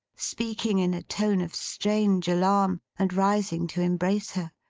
speaking in a tone of strange alarm, and rising to embrace her.